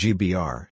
Gbr